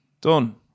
done